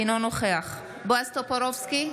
אינו נוכח בועז טופורובסקי,